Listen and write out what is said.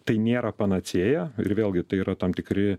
tai nėra panacėja ir vėlgi tai yra tam tikri